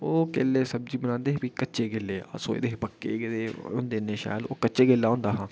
ओह् केले दी सब्जी बनांदे हे पर कच्चे केले अस सोचदे हे पक्के गै केले होंदे इन्नै शैल ओह् कच्चा केला होंदा हा